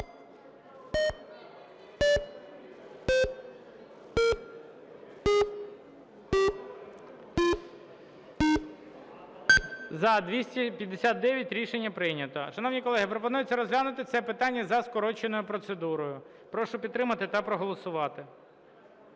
За-259 Рішення прийнято. Шановні колеги, пропонується розглянути це питання за скороченою процедурою. Прошу підтримати та проголосувати.